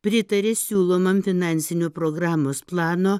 pritarė siūlomam finansinio programos plano